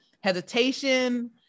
hesitation